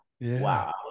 wow